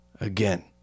again